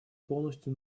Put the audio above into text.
полностью